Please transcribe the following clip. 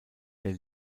der